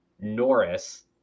Norris